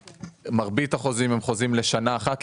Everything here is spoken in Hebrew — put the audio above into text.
מרבית החוזים הם חוזים לשנה אחת,